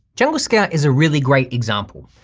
jungle scout is a really great example.